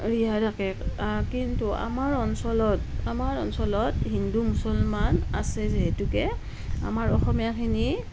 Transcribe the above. ৰিহা থাকে কিন্তু আমাৰ অঞ্চলত আমাৰ অঞ্চলত হিন্দু মুছলমান আছে যিহেতুকে আমাৰ অসমীয়াখিনি